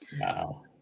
Wow